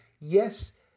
yes